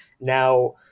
Now